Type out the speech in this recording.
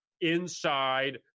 inside